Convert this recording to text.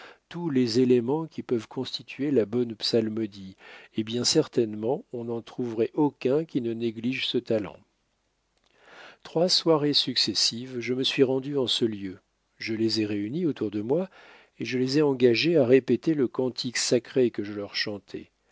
tous les éléments qui peuvent constituer la bonne psalmodie et bien certainement on n'en trouverait aucun qui ne néglige ce talent trois soirées successives je me suis rendu en ce lieu je les ai réunis autour de moi et je les ai engagés à répéter le cantique sacré que je leur chantais